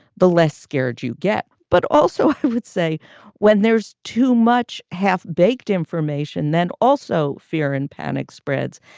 the less scared you get. but also, i would say when there's too much half baked information, then also fear and panic spreads.